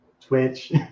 twitch